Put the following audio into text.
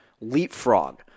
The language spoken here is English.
leapfrog